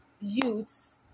youths